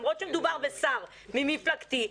למרות שמדובר בשר ממפלגתי,